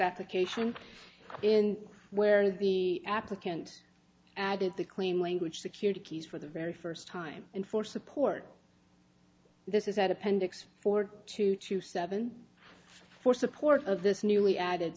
application and where the applicant added the claim language security keys for the very first time and for support this is at appendix four two two seven for support of this newly added